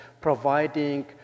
providing